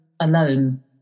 alone